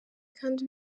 kandi